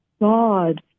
God